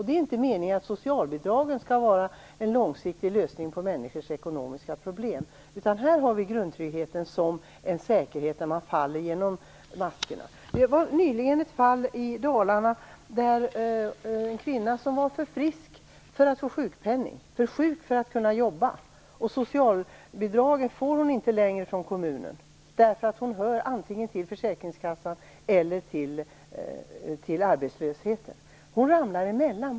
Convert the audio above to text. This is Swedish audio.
Det är inte meningen att socialbidragen skall vara en långsiktig lösning på människors ekonomiska problem, utan här har vi grundtryggheten som en säkerhet när man faller genom maskorna. Det fanns nyligen ett fall i Dalarna med en kvinna som är för frisk för att få sjukpenning men för sjuk för att kunna jobba. Samtidigt får hon inte längre socialbidrag från kommunen, eftersom hon hör till antingen försäkringskassan eller arbetslöshetsförsäkringen. Hon ramlar emellan.